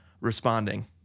responding